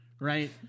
right